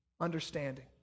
understanding